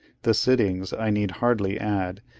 the sittings, i need hardly add,